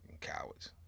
cowards